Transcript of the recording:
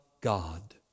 God